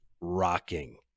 rocking